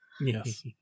Yes